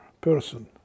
person